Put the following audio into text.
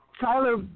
Tyler